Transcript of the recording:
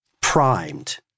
primed